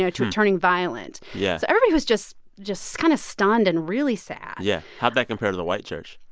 know, to it turning violent yeah so everybody was just just kind of stunned and really sad yeah. how'd that compare to the white church?